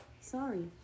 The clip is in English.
Sorry